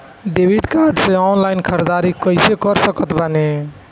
Debit card से online ख़रीदारी कैसे कर सकत बानी?